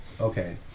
Okay